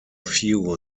few